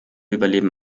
überleben